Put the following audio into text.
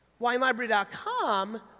WineLibrary.com